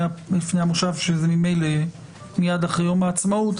המושב שממילא יתחיל מייד אחרי יום העצמאות,